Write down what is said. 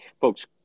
folks